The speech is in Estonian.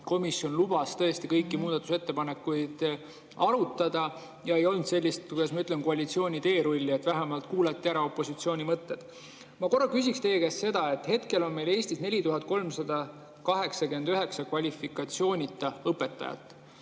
komisjon lubas tõesti kõiki muudatusettepanekuid arutada, ei olnud sellist, kuidas ma ütlen, koalitsiooni teerulli, vähemalt kuulati ära opositsiooni mõtted. Ma korra küsiksin teie käest seda. Hetkel on meil Eestis 4389 kvalifikatsioonita õpetajat